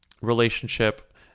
relationship